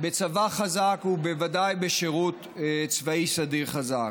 בצבא חזק ובוודאי בשירות צבאי סדיר חזק.